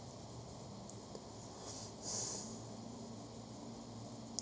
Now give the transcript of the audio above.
mean